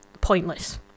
pointless